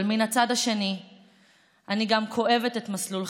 אבל מן הצד השני אני גם כואבת את מסלול חייו,